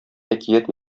әкият